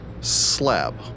slab